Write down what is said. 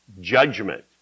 judgment